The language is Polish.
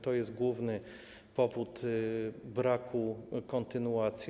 To jest główny powód braku kontynuacji.